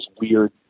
weird